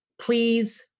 Please